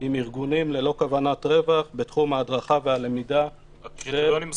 עם ארגונים ללא כוונת רווח בתחום ההדרכה והלמידה של